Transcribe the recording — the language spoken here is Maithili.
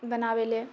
बनाबैलए